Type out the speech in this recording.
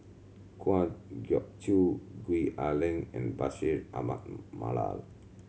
Kwa Geok Choo Gwee Ah Leng and Bashir Ahmad Mallal